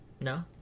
No